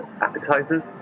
appetizers